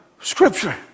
scripture